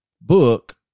book